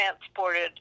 transported